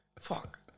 fuck